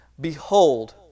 Behold